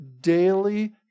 daily